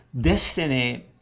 destiny